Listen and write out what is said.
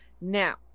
Now